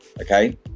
Okay